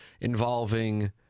involving